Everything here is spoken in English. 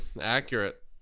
Accurate